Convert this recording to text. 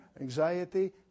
Anxiety